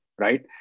right